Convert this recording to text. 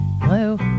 Hello